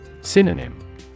Synonym